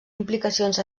implicacions